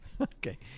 Okay